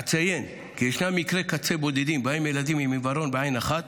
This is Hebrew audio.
אציין כי ישנם מקרי קצה בודדים שבהם ילדים עם עיוורון בעין אחת